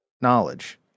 knowledge